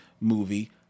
movie